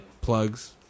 plugs